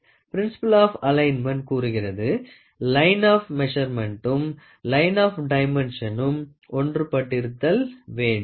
principle of alignment கூறுகிறது line of மேசுர்மென்ட்டும் line of டைமென்ஷனும் ஒன்றுபட்டிருத்தள் வேண்டும்